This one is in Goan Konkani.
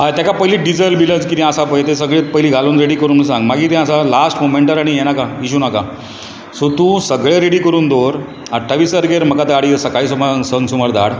हय तेका पयली डिजल बिजल कितें आसा ते पयली घालुन रेडी करुंक सांग मागीर कितें आसा लास्ट मुवमेंटार आनीक इशू नाका सो तूं सगळें रेडी करुन दवर अठ्ठावीस तारकेर म्हाका सकाळी गाडी संक सुमार धाड